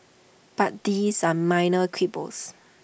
but these are minor quibbles